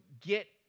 get